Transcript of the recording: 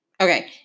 Okay